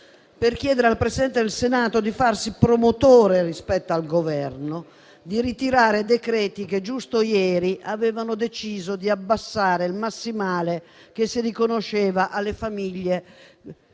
per chiedere al Presidente del Senato di farsi promotore rispetto al Governo affinché vengano ritirati quei decreti che giusto ieri avevano deciso di abbassare il massimale che si riconosceva alle famiglie